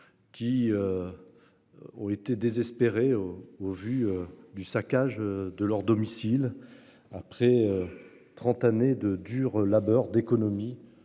Aurait été désespéré au vu du saccage de leur domicile après. 30 années de dur labeur d'économie